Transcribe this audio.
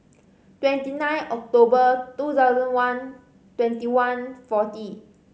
twenty nine October two thousand one twenty one forty